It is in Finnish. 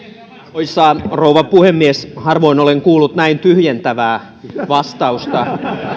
arvoisa rouva puhemies harvoin olen kuullut näin tyhjentävää vastausta